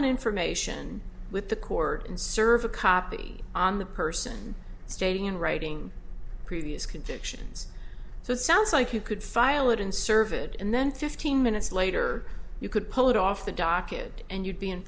an information with the court and serve a copy on the person stating in writing previous convictions so it sounds like you could file it and serve it and then fifteen minutes later you could pull it off the docket and you'd be in